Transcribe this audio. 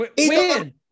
Win